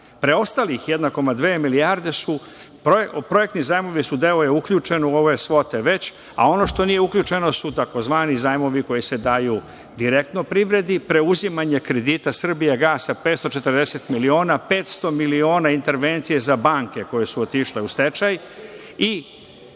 preostalih 1.2 milijarde su projekti zajmovi, deo koji je uključen u ove svote. A ono što nije uključeno su tzv. zajmovi koji se daju direktno privredi, preuzimanje kredita „Srbijagasa“ 540 miliona, 500 miliona intervencije za banke koje su otišle u stečaj i